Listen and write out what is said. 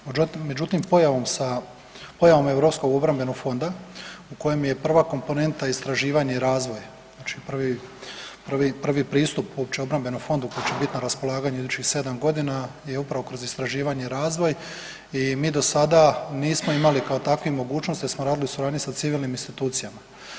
Međutim, pojavom Europskog obrambenog fonda u kojem je prva komponenta istraživanje i razvoj, znači prvi, prvi, prvi pristup uopće obrambenom fondu koji će bit na raspolaganju idućih 7.g. je upravo kroz istraživanje i razvoj i mi do sada nismo imali kao takvi mogućnost jer smo radili u suradnji sa civilnim institucijama.